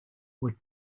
would